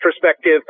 perspective